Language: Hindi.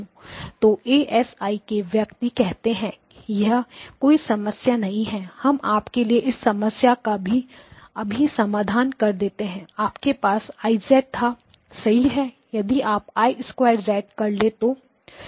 तो एएसआईसी के व्यक्ति कहते हैं अरे यह कोई समस्या नहीं है हम आपके लिए इस समस्या का अभी समाधान कर देते हैं आपके पास I था सही है यदि आप I 2कर ले तो